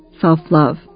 self-love